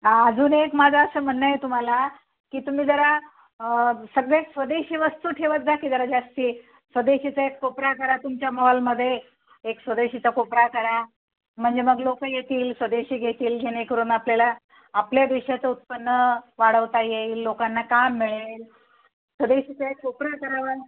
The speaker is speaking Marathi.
अजून एक माझं असं म्हणणं आहे तुम्हाला की तुम्ही जरा सगळे स्वदेशी वस्तू ठेवत जा की जरा जास्ती स्वदेशीचा एक कोपरा करा तुमच्या मॉलमध्ये एक स्वदेशीचा कोपरा करा म्हणजे मग लोक येतील स्वदेशी घेतील जेणेकरून आपण आपल्याला आपल्या देशाचं उत्पन्न वाढवता येईल लोकांना काम मिळेल स्वदेशीचा एक कोपरा करावा